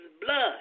blood